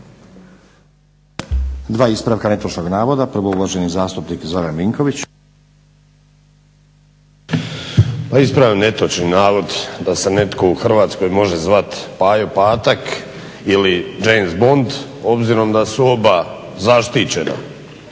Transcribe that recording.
Dva ispravka netočnog navoda. Prvo uvaženi zastupnik Zoran Vinković. **Vinković, Zoran (HDSSB)** Pa ispravljam netočni navod da se netko u Hrvatskoj može zvati Pajo Patak ili James Bond obzirom da su oba zaštićena.